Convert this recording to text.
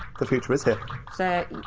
the future is here! sir,